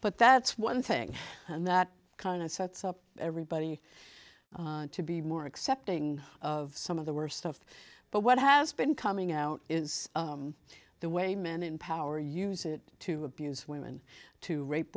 but that's one thing and that kind of sets up everybody to be more accepting of some of the worst stuff but what has been coming out is the way men in power use it to abuse women to rape